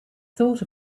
thought